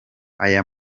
aya